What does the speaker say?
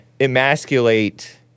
emasculate